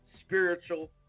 spiritual